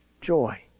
joy